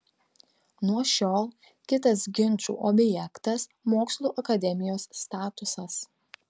nuo šiol kitas ginčų objektas mokslų akademijos statusas